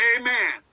Amen